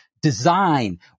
design